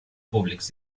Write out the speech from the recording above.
públics